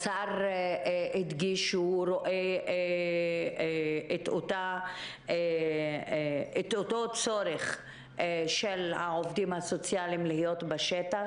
השר הדגיש שהוא רואה את אותו צורך של העובדים הסוציאליים להיות בשטח,